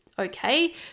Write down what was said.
okay